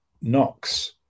knocks